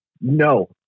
No